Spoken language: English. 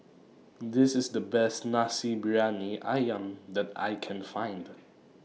This IS The Best Nasi Briyani Ayam that I Can Find